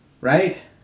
Right